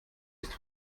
ist